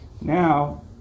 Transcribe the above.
Now